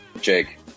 Jake